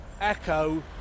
echo